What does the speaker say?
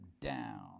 down